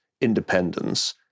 independence